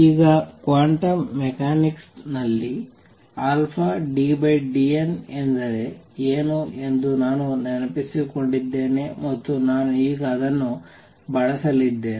ಈಗ quantum mechanics ನಲ್ಲಿ ddn ಎಂದರೆ ಏನು ಎಂದು ನಾನು ನೆನಪಿಸಿಕೊಂಡಿದ್ದೇನೆ ಮತ್ತು ನಾನು ಈಗ ಅದನ್ನು ಬಳಸಲಿದ್ದೇನೆ